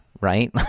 right